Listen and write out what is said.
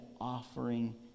offering